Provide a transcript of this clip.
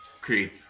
Creed